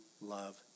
love